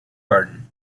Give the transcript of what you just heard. garden